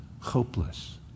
hopeless